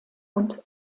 und